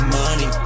money